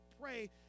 pray